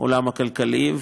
בעולם הכלכלי,